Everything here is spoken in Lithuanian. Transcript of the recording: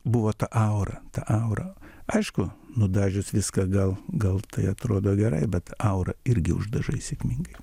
buvo ta aura ta aura aišku nudažius viską gal gal tai atrodo gerai bet aurą irgi uždažai sėkmingai